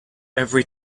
every